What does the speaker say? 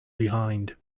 behind